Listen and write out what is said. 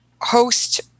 host